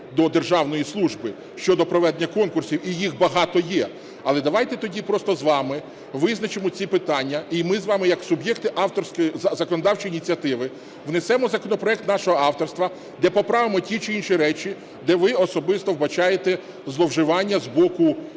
до державної служби щодо проведення конкурсів, і їх багато є. Але давайте тоді просто з вами визначимо ці питання, і ми з вами як суб'єкти законодавчої ініціативи внесемо законопроект нашого авторства, де поправимо ті чи інші речі, де ви особисто вбачаєте зловживання з боку